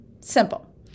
simple